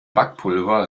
backpulver